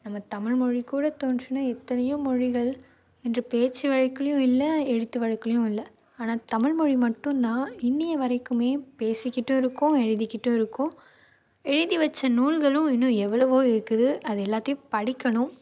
நம்ம தமிழ்மொழிகூட தோன்றிய எத்தனையோ மொழிகள் இன்று பேச்சு வழக்குலேயும் இல்லை எழுத்து வழக்குலேயும் இல்லை ஆனால் தமிழ்மொழி மட்டுந்தான் இன்னி வரைக்குமே பேசிக்கிட்டும் இருக்கோம் எழுதிக்கிட்டும் இருக்கோம் எழுதி வச்ச நூல்களும் இன்னும் எவ்வளவோ இருக்குது அது எல்லாத்தேயும் படிக்கணும்